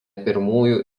pirmųjų